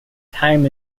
time